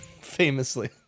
famously